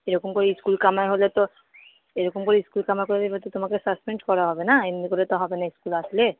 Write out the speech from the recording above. এরকম করে স্কুল কামাই হলে তো এরকম করে স্কুল কামাই করলে এবার তো তোমাকে সাসপেন্ড করা হবে না এমনি করে তো হবে না স্কুলে আসলে